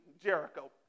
Jericho